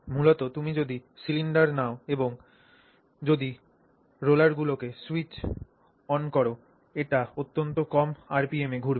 মূলত তুমি যদি সিলিন্ডার নাও এবং যদি রোলারগুলিকে স্যুইচ অন কর এটি অত্যন্ত কম আরপিএম এ ঘুরবে